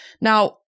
Now